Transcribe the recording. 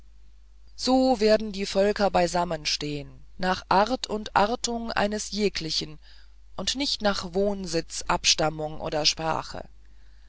so werden die völker beisammenstehen nach art und artung eines jeglichen und nicht nach wohnsitz abstammung oder sprache